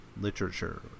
literature